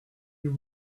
you